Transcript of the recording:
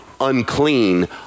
unclean